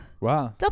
Wow